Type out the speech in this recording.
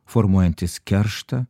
formuojantis kerštą